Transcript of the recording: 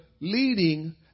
leading